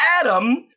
Adam